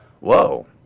whoa